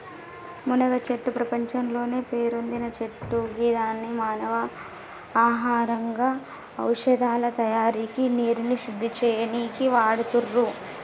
మునగచెట్టు ప్రపంచంలోనే పేరొందిన చెట్టు గిదాన్ని మానవ ఆహారంగా ఔషదాల తయారికి నీరుని శుద్ది చేయనీకి వాడుతుర్రు